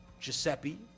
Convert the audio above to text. Giuseppe